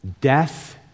Death